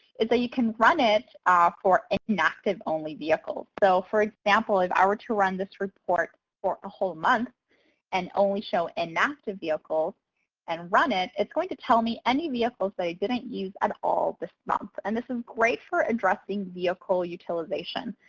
you can run it for inactive only vehicles. so for example, if i were to run this report for a whole month and only show inactive vehicles and run it, it's going to tell me any vehicles i didn't use at all this month. and this is um great for addressing vehicle utilization.